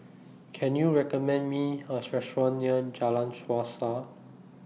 Can YOU recommend Me A Restaurant near Jalan Suasa